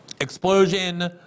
explosion